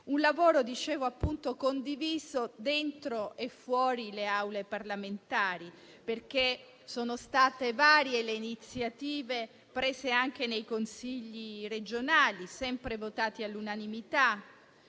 un lavoro, come dicevo, condiviso dentro e fuori dalle Aule parlamentari, perché sono state varie le iniziative prese anche nei Consigli regionali, sempre votate all'unanimità.